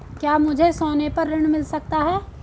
क्या मुझे सोने पर ऋण मिल सकता है?